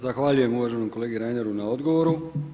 Zahvaljujem uvaženom kolegi Reineru na odgovoru.